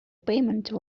payment